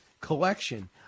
collection